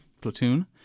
Platoon